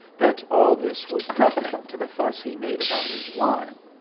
but all this was nothing to the fuss he made about his wine.